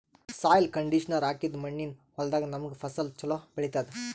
soil conditioner ಹಾಕಿದ್ದ್ ಮಣ್ಣಿನ್ ಹೊಲದಾಗ್ ನಮ್ಗ್ ಫಸಲ್ ಛಲೋ ಬೆಳಿತದ್